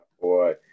boy